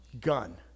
gun